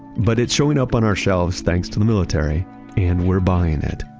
but it's showing up on our shelves thanks to the military and we're buying it.